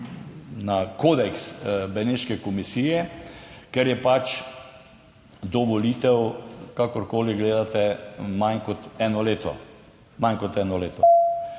na kodeks Beneške komisije, ker je pač do volitev, kakorkoli gledate, manj kot eno leto, manj kot eno leto.